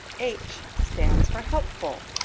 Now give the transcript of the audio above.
h stands for helpful.